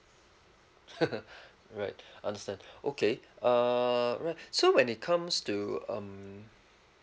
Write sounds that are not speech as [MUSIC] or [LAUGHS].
[LAUGHS] right understand okay uh right so when it comes to um